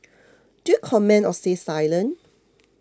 do you comment or stay silent